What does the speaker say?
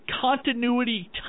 continuity